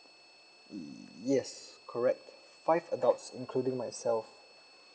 yes correct five adults including myself